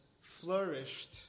flourished